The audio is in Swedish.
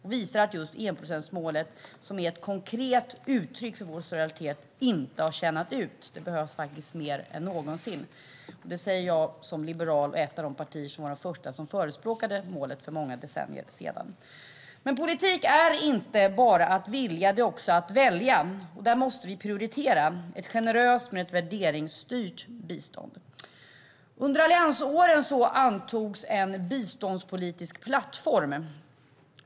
Då visas att enprocentsmålet, som ger ett konkret uttryck för vår solidaritet, inte har tjänat ut utan behövs mer än någonsin. Det här säger jag som liberal och därmed som företrädare för ett av de partier som var de första att förespråka detta mål för många decennier sedan. Men politik är inte bara att vilja - det är också att välja. Vi måste prioritera och ha ett generöst men värderingsstyrt bistånd. Under alliansåren antogs en biståndspolitisk plattform.